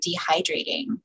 dehydrating